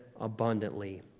abundantly